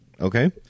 okay